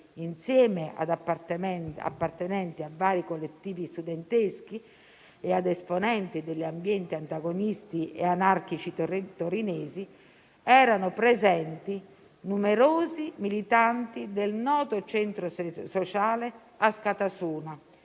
insieme ad appartenenti a vari collettivi studenteschi e ad esponenti degli ambienti antagonisti e anarchici torinesi, erano presenti numerosi militanti del noto centro sociale Askatasuna,